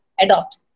adopt